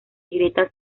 grietas